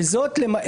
כן.